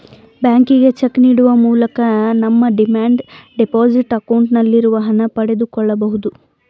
ಬ್ಯಾಂಕಿಗೆ ಚೆಕ್ ನೀಡುವ ಮೂಲಕ ನಮ್ಮ ಡಿಮ್ಯಾಂಡ್ ಡೆಪೋಸಿಟ್ ಅಕೌಂಟ್ ನಲ್ಲಿರುವ ಹಣ ಪಡೆದುಕೊಳ್ಳಬಹುದು